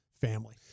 family